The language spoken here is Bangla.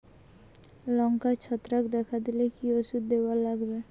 লঙ্কায় ছত্রাক দেখা দিলে কি ওষুধ দিবার লাগবে?